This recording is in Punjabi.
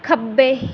ਖੱਬੇ